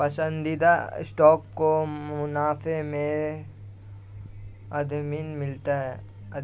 पसंदीदा स्टॉक को मुनाफे में अधिमान मिलता है